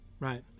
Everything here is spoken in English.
Right